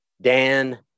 Dan